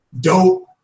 Dope